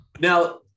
Now